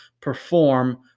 perform